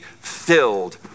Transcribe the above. filled